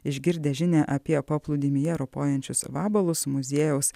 išgirdęs žinią apie paplūdimyje ropojančius vabalus muziejaus